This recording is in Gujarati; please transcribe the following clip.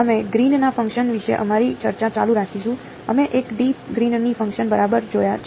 અમે ગ્રીનના ફંકશન વિશે અમારી ચર્ચા ચાલુ રાખીશું અમે 1 ડી ગ્રીનના ફંકશન બરાબર જોયા છે